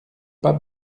pas